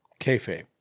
kayfabe